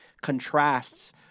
contrasts